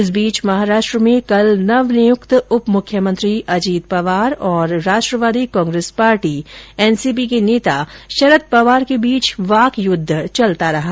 इस बीच महाराष्ट्र में कल नवनियुक्त उप मुख्यमंत्री अजित पवार और राष्ट्रवादी कांग्रेस पार्टी एनसीपी के नेता शरद पवार के बीच वाकयुद्ध चलता रहा